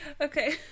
Okay